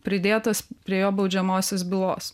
pridėtas prie jo baudžiamosios bylos